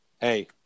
hey